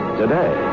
today